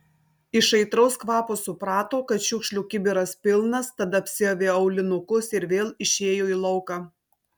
iš aitraus kvapo suprato kad šiukšlių kibiras pilnas tad apsiavė aulinukus ir vėl išėjo į lauką